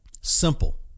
Simple